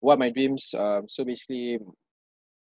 one of my dreams um so basically